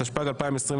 התשפ"ג 2023,